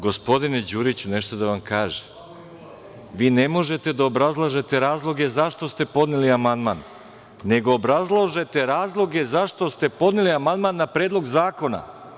Gospodine Đuriću, nešto da vam kažem, vi ne možete da obrazlažete razloge zašto ste podneli amandman, nego obrazlažete razloge zašto ste podneli amandman na Predlog zakona.